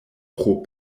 pro